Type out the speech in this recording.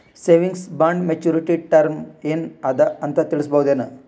Savings bond maturity term ಏನ ಅದ ಅಂತ ತಿಳಸಬಹುದೇನು?